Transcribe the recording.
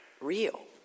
real